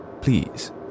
Please